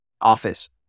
office